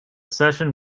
session